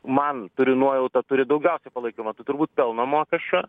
man turiu nuojautą turi daugiausiai palaikymo tai turbūt pelno mokesčio